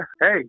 hey